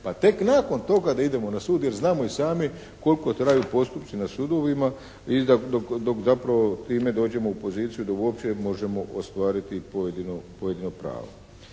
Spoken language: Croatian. pa tek nakon toga da idemo na sud jer znamo i sami koliko traju postupci na sudovima i da dok zapravo time dođemo u poziciju da uopće možemo ostvariti pojedino pravo.